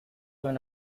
when